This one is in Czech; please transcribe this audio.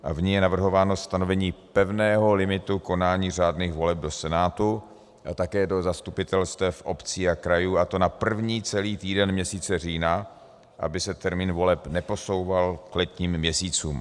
V ní je navrhováno stanovení pevného limitu konání řádných voleb do Senátu a také do zastupitelstev obcí a krajů, a to na první celý týden měsíce října, aby se termín voleb neposouval k letním měsícům.